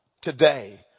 Today